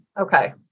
Okay